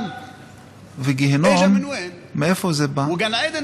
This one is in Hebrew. וגיהינום, מאיפה זה בא?